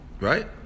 Right